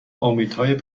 امیدهای